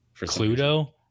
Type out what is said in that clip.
Cluedo